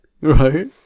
Right